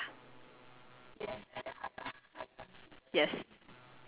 ya to make it more usable for the the singapore target audience ya